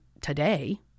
today